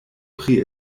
pri